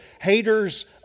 haters